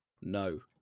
No